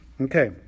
Okay